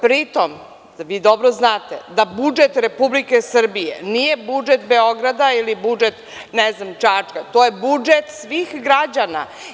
Pri tom, vi dobro znate da budžet Republike Srbije nije budžet Beograda ili budžet Čačka, to je budžet svih građana.